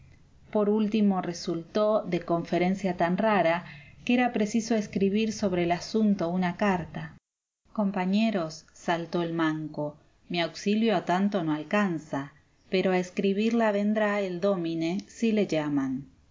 por último resultó de conferencia tan rara que era preciso escribir sobre el asunto una carta compañeros saltó el manco mi auxilio a tanto no alcanza pero a escribirla vendrá el dómine si le llaman